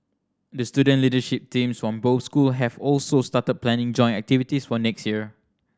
the student leadership teams from both school have also started planning joint activities for next year